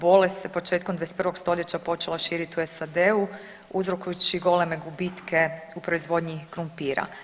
Bolest se početkom 21. stoljeća počela širiti u SAD-u uzrokujući goleme gubitke u proizvodnji krumpira.